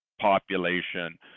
population